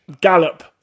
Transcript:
gallop